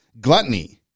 Gluttony